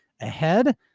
ahead